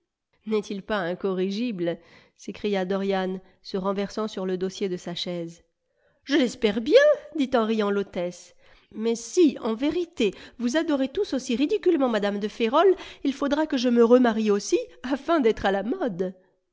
n'est-il pas incorrigible s'écria dorian se renversant sur le dossier de sa chaise je l'espère bien dit en riant l'hôtesse mais si en vérité vous adorez tous aussi ridiculement mme de ferrol il faudra que je me remarie aussi afin d'être à la mode